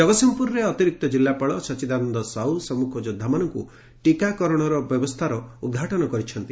ଜଗତ୍ସିଂହପୁରରେ ଅତିରିକ୍ତ ଜିଲ୍ଲାପାଳ ସଚିଦାନନ୍ଦ ସାହୁ ସମ୍ମୁଖ ଯୋଦ୍ଧାଙ୍କ ଟିକାକରଣ ବ୍ୟବସ୍ରାର ଉଦ୍ଘାଟନ କରିଛନ୍ତି